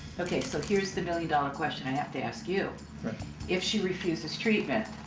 ok, so here's the million-dollar question i have to ask you if she refuses treatment,